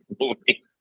movie